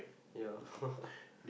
ya